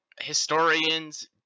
historians